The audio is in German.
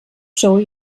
joe